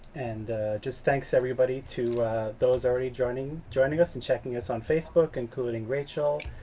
and just thanks everybody to those already joining joining us and checking us on facebook, including rachel